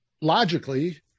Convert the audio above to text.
logically